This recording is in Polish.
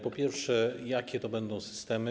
Po pierwsze, jakie to będą systemy?